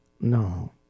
No